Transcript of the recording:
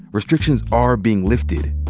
restrictions are being lifted.